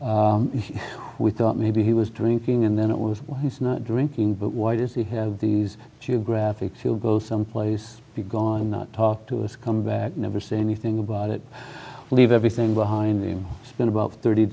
him we thought maybe he was drinking and then it was when he's not drinking but why does he have these geographic she'll go someplace be gone not talk to us come back never say anything about it leave everything behind him spend about thirty